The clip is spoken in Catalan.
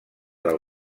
del